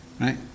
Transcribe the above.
right